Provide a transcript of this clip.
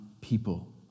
people